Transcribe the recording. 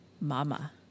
Mama